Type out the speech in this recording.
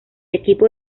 equipo